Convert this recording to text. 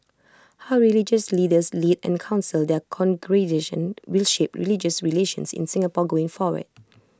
how religious leaders lead and counsel their congregations will shape religious relations in Singapore going forward